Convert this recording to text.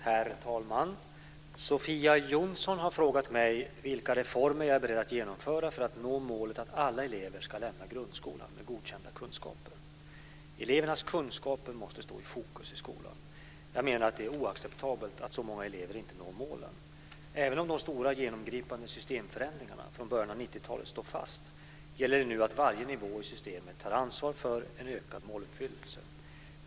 Herr talman! Sofia Jonsson har frågat mig vilka reformer jag är beredd att genomföra för att nå målet att alla elever ska lämna grundskolan med godkända kunskaper. Elevernas kunskaper måste stå i fokus i skolan. Jag menar att det är oacceptabelt att så många elever inte når målen. Även om de stora genomgripande systemförändringarna från början av 90-talet står fast gäller det nu att varje nivå i systemet tar ansvar för en ökad måluppfyllelse.